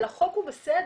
אבל החוק הוא בסדר.